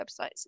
websites